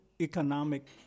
Economic